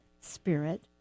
spirit